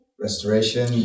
restoration